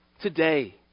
today